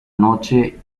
noche